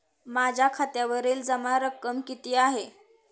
माझ्या खात्यावरील जमा रक्कम किती आहे?